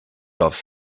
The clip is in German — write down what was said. aufs